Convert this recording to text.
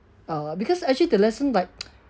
uh because actually the lesson like